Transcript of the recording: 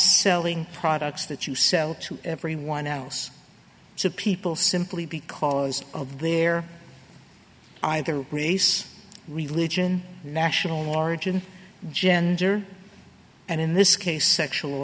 selling products that you sell to everyone else to people simply because of their either race religion national origin gender and in this case sexual